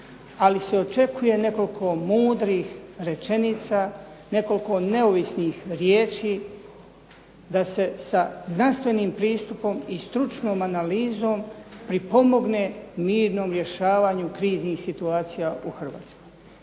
Ali se očekuje nekoliko mudrih rečenica, nekoliko neovisnih riječi da se sa znanstvenim pristupom i stručnom analizom pripomogne mirnom rješavanju kriznih situacija u Hrvatskoj.